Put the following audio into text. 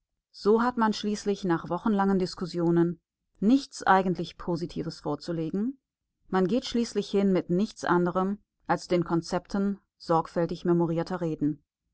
so hat man schließlich nach wochenlangen diskussionen nichts eigentlich positives vorzulegen man geht schließlich hin mit nichts anderem als den konzepten sorgfältig memorierter reden